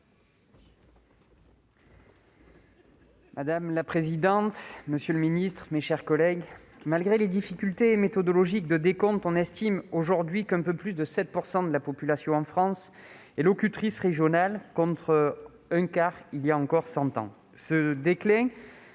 Madame la présidente, monsieur le ministre, mes chers collègues, malgré les difficultés méthodologiques de décompte, on estime aujourd'hui qu'un peu plus de 7 % de la population en France est locutrice régionale, contre un quart il y a cent ans. Ce déclin,